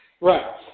Right